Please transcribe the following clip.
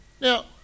Now